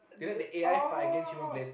the oh